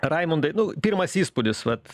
raimundai nu pirmas įspūdis vat